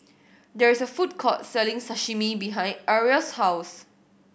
there is a food court selling Sashimi behind Ariella's house